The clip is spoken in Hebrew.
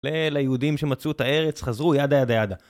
ליהודים שמצאו את הארץ, חזרו ידה ידה ידה.